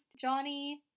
Johnny